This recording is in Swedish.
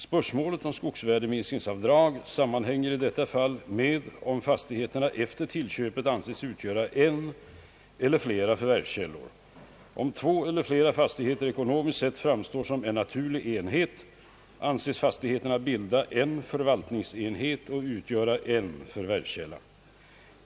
Spörsmålet om = skogsvärdeminskningsavdrag sammanhänger i detta fall med om fastigheterna efter tillköpet anses utgöra en eller flera förvärvskällor. Om två eller flera fastigheter ekonomiskt sett framstår som en naturlig enhet anses fastigheterna bilda en förvaltningsenhet och utgöra en förvärvskälla.